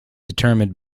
determined